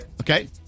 Okay